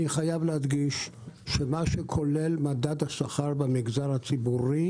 אני חייב להדגיש שמדד השכר במגזר הציבורי